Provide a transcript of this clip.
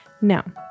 Now